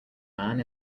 man